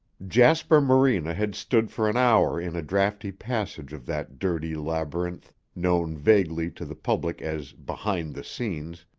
jasper morena had stood for an hour in a drafty passage of that dirty labyrinth known vaguely to the public as behind the scenes,